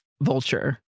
Vulture